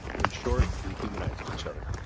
in short we humanize to each other.